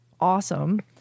awesome